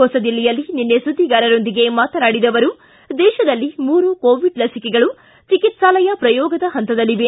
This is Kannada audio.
ಹೊಸದಿಲ್ಲಿಯಲ್ಲಿ ನಿನ್ನೆ ಸುದ್ಲಿಗಾರರೊಂದಿಗೆ ಮಾತನಾಡಿದ ಅವರು ದೇಶದಲ್ಲಿ ಮೂರು ಕೋವಿಡ್ ಲಸಿಕೆಗಳು ಚೆಕಿತ್ಸಾಲಯ ಪ್ರಯೋಗದ ಹಂತದಲ್ಲಿವೆ